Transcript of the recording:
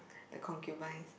the concubines